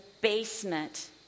basement